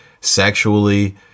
sexually